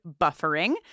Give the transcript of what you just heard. buffering